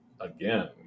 Again